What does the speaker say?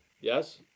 Yes